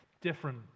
different